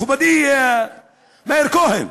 מכובדי מאיר כהן?